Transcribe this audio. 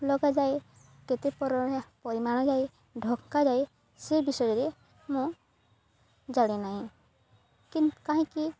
ଲଗାଯାଏ କେତେ ପରିମାଣ ଯାଏ ଢକ୍କା ଯାଏ ସେ ବିଷୟରେ ମୁଁ ଜାଣିନାହିଁ କାହିଁକି